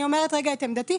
אני אומרת את עמדתי.